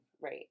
Right